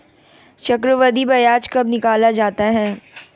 चक्रवर्धी ब्याज कब निकाला जाता है?